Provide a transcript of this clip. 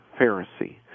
Pharisee